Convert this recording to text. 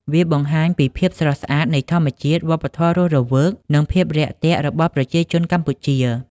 វាបង្ហាញពីភាពស្រស់ស្អាតនៃធម្មជាតិ វប្បធម៌រស់រវើក និងភាពរាក់ទាក់របស់ប្រជាជនកម្ពុជា។